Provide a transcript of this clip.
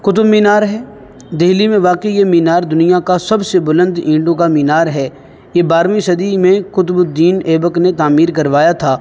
قطب مینار ہے دہلی میں واقع یہ مینار دنیا کا سب سے بلند اینٹوں کا مینار ہے یہ بارہویں صدی میں قطب الدین ایبک نے تعمیر کروایا تھا